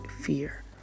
fear